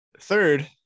third